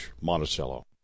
Monticello